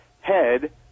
head